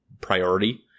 priority